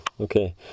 Okay